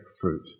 fruit